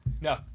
No